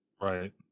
Right